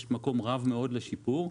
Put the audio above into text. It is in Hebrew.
יש מקום רב מאוד לשיפור,